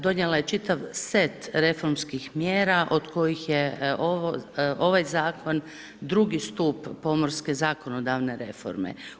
Donijela je čitav set reformskih mjera od kojih je ovaj zakon drugi stup pomorske zakonodavne reforme.